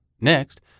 Next